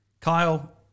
Kyle